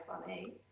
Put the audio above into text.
funny